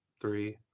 three